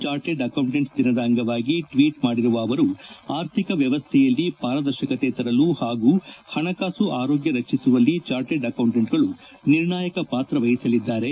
chartered accountant ದಿನದ ಅಂಗವಾಗಿ ಟ್ಲೀಟ್ ಮಾಡಿರುವ ಅವರು ಅರ್ಥಿಕ ವ್ಲವಸ್ಥೆಯಲ್ಲಿ ಪಾರದರ್ಶಕತೆ ತರಲು ಪಾಗೂ ಹಣಕಾಸು ಆರೋಗ್ಲ ರಕ್ಷಿಸುವಲ್ಲಿ ಚಾರ್ಟಡ್ ಅಕೌಂಟೆಂಟ್ಗಳು ನಿರ್ಣಾಯಕ ಪಾತ್ರ ವಹಿಸಲಿದ್ದಾರೆ